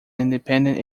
independent